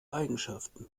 eigenschaften